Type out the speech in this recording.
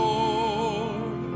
Lord